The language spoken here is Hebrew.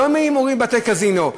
לא מהימורים בבתי-קזינו.